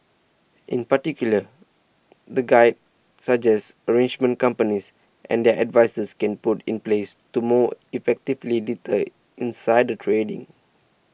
in particular the guide suggests arrangements companies and their advisers can put in place to more effectively deter insider trading